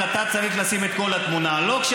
תודה,